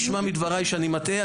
נשמע מדבריי שאני מטעה,